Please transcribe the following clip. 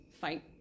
fight